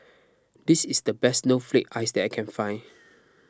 this is the best Snowflake Ice that I can find